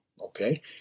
Okay